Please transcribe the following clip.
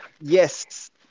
yes